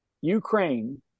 Ukraine